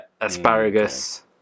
asparagus